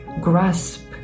grasp